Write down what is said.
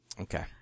okay